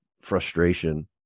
frustration